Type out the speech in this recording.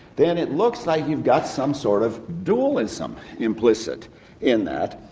then it looks like you've got some sort of dualism implicit in that,